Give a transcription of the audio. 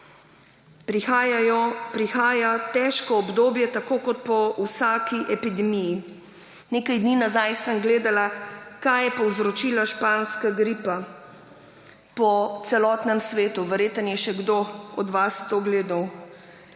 Prihaja težko obdobje, tako kot po vsaki epidemiji. Nekaj dni nazaj sem gledala, kaj je povzročila španska gripa po celotnem svetu. Verjetno je še kdo od vas to gledal.